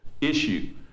issue